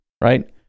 right